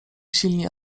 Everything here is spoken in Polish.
silni